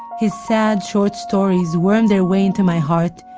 his sad short stories wormed their way into my heart,